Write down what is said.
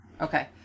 okay